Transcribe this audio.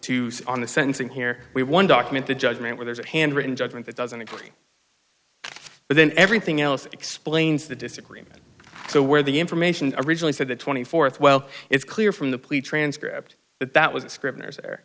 say on the sentencing here we one document the judgment where there's a handwritten judgment that doesn't agree but then everything else explains the disagreement so where the information originally said the twenty fourth well it's clear from the plea transcript that that was a scribner's or i th